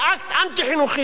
זה אקט אנטי-חינוכי.